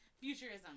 Futurism